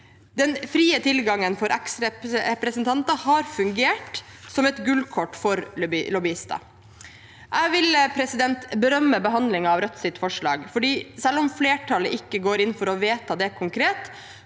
Den frie tilgangen for eksrepresentanter har fungert som et gullkort for lobbyister. Jeg vil berømme behandlingen av Rødts forslag, for selv om flertallet ikke går inn for å vedta det konkret,